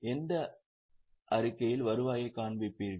எந்த அறிக்கையில் வருவாயைக் காண்பிப்பீர்கள்